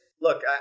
look